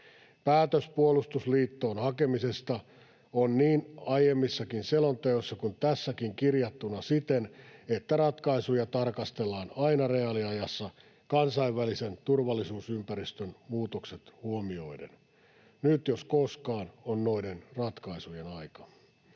Päätös puolustusliittoon hakemisesta on niin aiemmissa selonteoissa kuin tässäkin kirjattuna siten, että ratkaisuja tarkastellaan aina reaaliajassa kansainvälisen turvallisuusympäristön muutokset huomioiden. Nyt jos koskaan on noiden ratkaisujen aika.